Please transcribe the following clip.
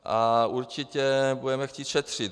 A určitě budeme chtít šetřit.